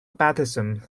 baptism